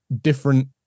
different